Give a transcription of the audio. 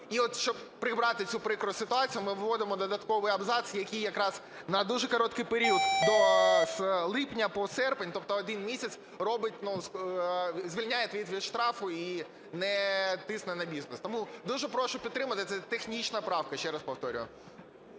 І от щоб прибрати цю прикру ситуацію, ми вводимо додатковий абзац, який якраз на дуже короткий період, з липня по серпень, тобто один місяць, робить… звільняє від штрафу і не тисне на бізнес. Тому дуже прошу підтримати, це технічна правка, ще раз повторюю.